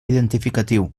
identificatiu